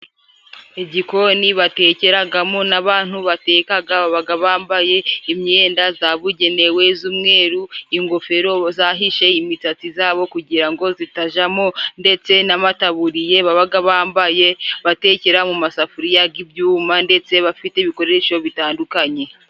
Igikoni batekeragamo n'abantu batekaga babaga bambaye imyenda zabugenewe z'umweru ingofero zahishe imitatsi zabo kugira ngo zitajamo ndetse n'amataburiye babaga bambaye batekera mu masafuri g'ibyuma ndetse bafite ibikoresho bitandukanye.